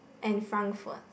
and Frankfurt